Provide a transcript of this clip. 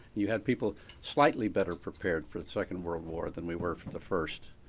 you had people slightly better prepared for the second world war than we were for the first,